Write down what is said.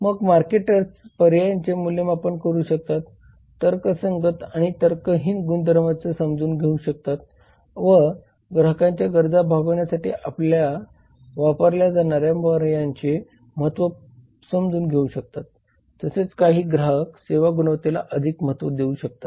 मग मार्केटर्स पर्यायांचे मूल्यमापन करू शकतात तर्कसंगत आणि तर्कहीन गुणधर्म समजून घेऊ शकतात व ग्राहकांच्या गरजा भागविण्यासाठी वापरल्या जाणाऱ्या पर्यायांचे महत्व समजून घेऊ शकतात तसेच काही ग्राहक सेवा गुणवत्तेला अधिक महत्त्व देऊ शकतात